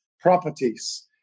properties